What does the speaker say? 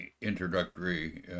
introductory